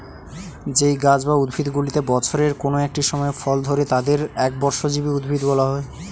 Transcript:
যেই গাছ বা উদ্ভিদগুলিতে বছরের কোন একটি সময় ফল ধরে তাদের একবর্ষজীবী উদ্ভিদ বলা হয়